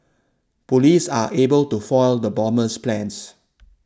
police are able to foil the bomber's plans